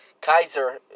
Kaiser